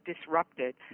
disrupted